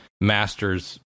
master's